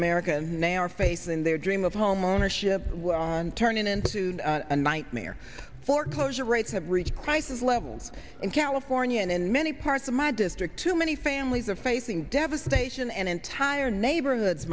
america and they are facing their dream of homeownership and turning into a nightmare foreclosure rates have reached crisis levels in california and in many parts of my district too many families are facing devastation and entire neighborhoods